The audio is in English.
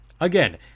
Again